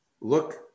look